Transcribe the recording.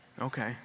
Okay